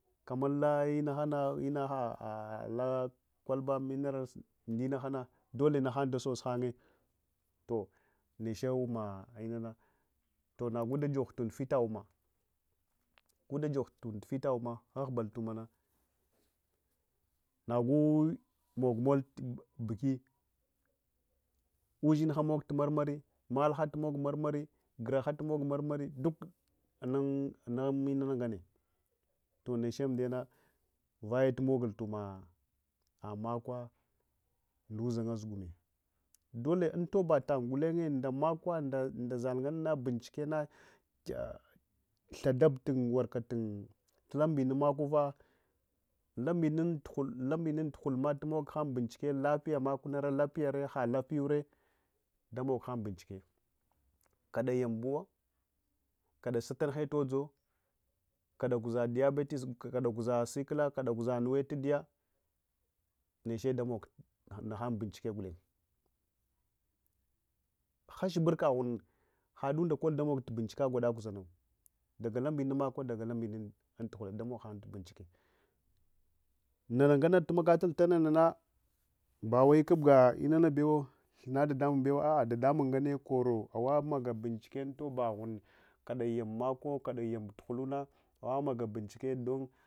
Kamman la inahana inaha hwaba ala minarala ndinahana dele nahan dole hangye toh niche amma inane toh nagu dajoh inana vita ummah guda joh tunduha vila ummah, habubaltumana nagu magmoe biki ushunka ma tumog tumarmari meltha tumogmarmari, guraha tumogmarmari dukna unminana nganne toh neche amdiyana vayetumogul umma makwa nda uzanga zugum dole untobatan ngulenye nda makwa nda zalnganana benchikena thadadabu tahun lumbenun makuva wumbenun dughulma tumoghan benchike lafiya makunare halapiyure ɗamoghan bencike kada yambuwo kada shatunhe dodzo laada guza dlabete kada guza sickler kada guzanuwe taɗiya niche damog nahan benchike gulenye hasburkaghun hadunda kot damog bencikeya kwada guzanawo daga lambinun makwo ɗaga lambinun zalle damoghan binchike nana nganne tumegatal ngannana bawai kubga inanabewo thinna da damun bewa dadamun nganne koro awamaga benchike unboba ghun kada yambu makuwo kade yembu awamaga duhuhna binchike.